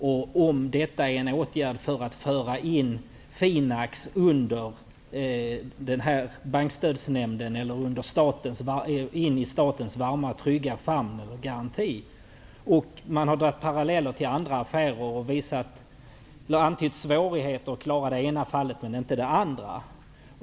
Frågan är om huruvida detta är en åtgärd för att föra in Finax under denna bankstödsnämnd, in i statens varma trygga famn eller garanti. Man har dragit paralleller till andra affärer och visat på svårigheten att hjälpa i det ena fallet men inte i det andra.